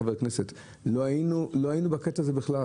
לא היינו בקטע הזה בכלל.